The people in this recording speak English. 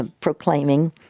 proclaiming